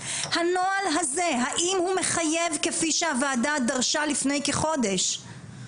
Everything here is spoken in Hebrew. הנוהל הזה האם הוא מחייב כפי שהוועדה דרשה לפני כחודש.